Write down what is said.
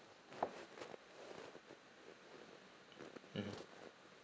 mmhmm